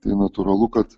tai natūralu kad